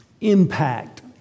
impact